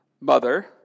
mother